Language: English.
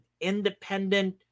independent